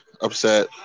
upset